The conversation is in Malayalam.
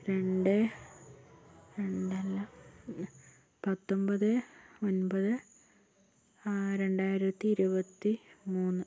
രണ്ട് രണ്ടല്ല പത്തൊമ്പത് ഒൻപത് രണ്ടായിരത്തി ഇരുപത്തി മൂന്ന്